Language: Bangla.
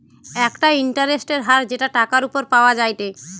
একটা ইন্টারেস্টের হার যেটা টাকার উপর পাওয়া যায়টে